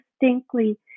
distinctly